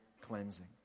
cleansing